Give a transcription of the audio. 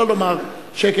לא לומר "שקר".